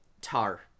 Tar